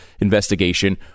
investigation